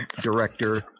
director